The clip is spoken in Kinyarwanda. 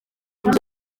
inzu